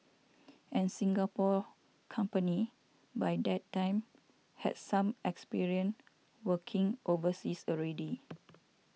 and Singapore company by that time had some experience working overseas already